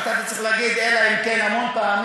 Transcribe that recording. שאתה היית צריך להגיד "אלא אם כן" המון פעמים.